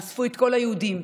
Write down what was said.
אספו את כל היהודים,